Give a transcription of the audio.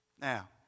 Now